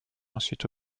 ensuite